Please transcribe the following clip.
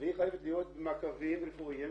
והיא חייבת להיות במעקבים רפואיים